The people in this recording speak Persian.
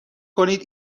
کنید